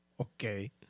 Okay